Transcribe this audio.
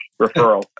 referral